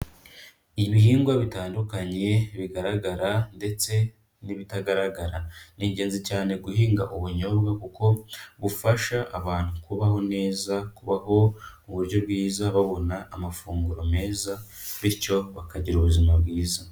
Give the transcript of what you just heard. Ibihingwa bitandukanye bigaragara, ndetse n'ibitagaragara, ni ingenzi cyane guhinga ubunyobwa, kuko bufasha abantu kubaho neza, kubaho mu buryo bwiza babona amafunguro meza, bityo bakagira ubuzima bwiza.